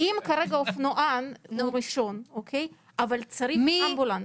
ואם כרגע אופנוען הוא ראשון, אבל צריך אמבולנס?